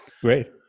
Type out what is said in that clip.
Great